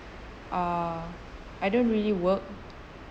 uh I don't really work